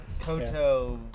Koto